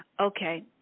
Okay